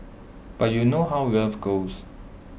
but you know how love goes